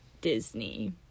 Disney